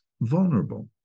vulnerable